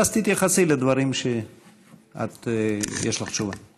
ואז תתייחסי לדברים שיש לך תשובה להם.